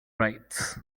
rights